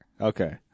Okay